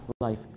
life